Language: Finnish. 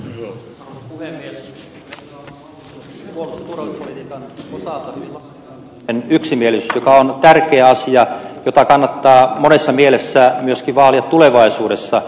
meillä on puolustuspolitiikan osalta ollut laaja yksimielisyys joka on tärkeä asia jota kannattaa monessa mielessä myöskin vaalia tulevaisuudessa